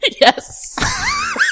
Yes